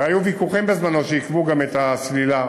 הרי היו ויכוחים בזמנו שעיכבו את הסלילה,